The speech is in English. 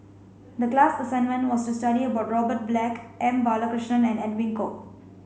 the class assignment was to study about Robert Black M Balakrishnan and Edwin Koek